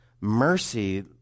mercy